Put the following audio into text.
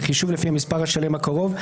בחישוב לפי המספר השלם הקרוב,